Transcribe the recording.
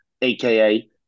Aka